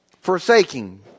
forsaking